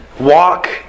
Walk